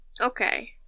Okay